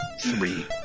three